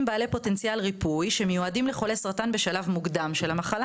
בעלי פוטנציאל ריפוי לחולים בשלב מוקדם של המחלה